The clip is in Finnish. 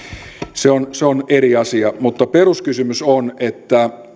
se on se on eri asia mutta peruskysymys on että